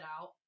out